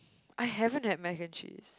I haven't had Mac and Cheese